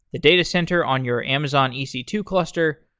the datacenter on your amazon e c two cluster,